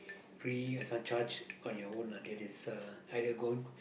free uh some charge on your own until this uh either going